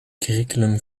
curriculum